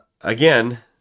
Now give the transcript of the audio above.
Again